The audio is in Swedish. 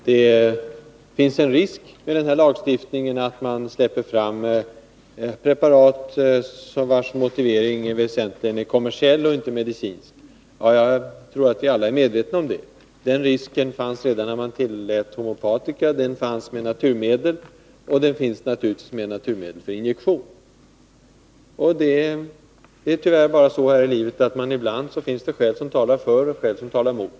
Herr talman! Inga Lantz påpekar att det finns en risk med den här lagstiftningen för att man släpper fram preparat vilkas motivering väsentligen är kommersiell och inte medicinsk. Jag tror att vi alla är medvetna om det. Den risken fanns redan när man tillät homeopatica, den fanns med naturmedel och den finns naturligtvis med naturmedel för injektion. Tyvärr är det så här i livet att det ibland finns skäl som talar för och skäl som talar mot.